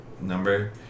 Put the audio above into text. number